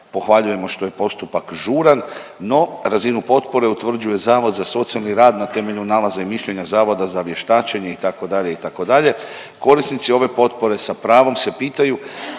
Pohvaljujemo što je postupak žuran, no razinu potpore utvrđuje Zavod za socijalni rad na temelju nalaza i mišljenja Zavoda za vještačenje itd. itd. Korisnici ove potpore sa pravom se pitaju